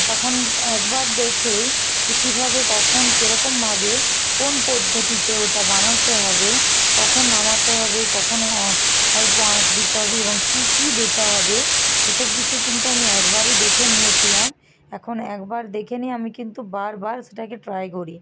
তখন একবার দেখেই যে কীভাবে কখন কীরকমভাবে কোন পদ্ধতিতে ওটা বানাতে হবে কখন নামাতে হবে কখন অল্প আঁচ দিতে হবে এবং কী কী দিতে হবে সে সব কিছু কিন্তু আমি একবারই দেখে নিয়েছিলাম এখন একবার দেখে নিয়ে আমি কিন্তু বারবার সেটাকে ট্রাই করি